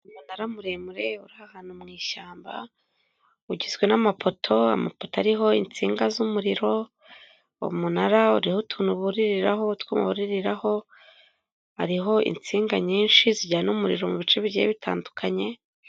Umunara muremure uri ahantu mu ishyamba ugizwe n'amapoto, amapoto ariho insinga z'umuriro, umunara uriho utuntu buririraho hariho insinga nyinshi zijyana umuriro mu bice bigiye bitandukanye.